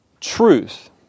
truth